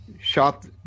shot